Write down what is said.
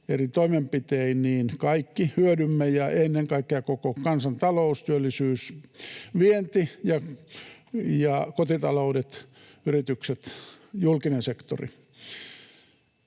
eri toimenpitein, niin kaikki hyödymme ja ennen kaikkea koko kansantalous, työllisyys, vienti ja kotitaloudet, yritykset, julkinen sektori.